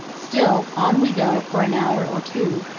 still, on we go for an hour or two,